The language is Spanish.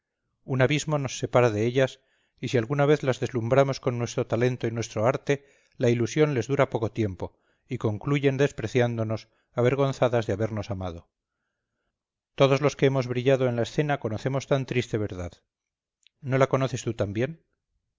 un abismo nos separa de ellas y si alguna vez las deslumbramos con nuestro talento y nuestro arte la ilusión les dura poco tiempo y concluyen despreciándonos avergonzadas de habernos amado todos los que hemos brillado en la escena conocemos tan triste verdad no la conoces tú también